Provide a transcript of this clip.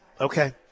Okay